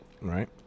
Right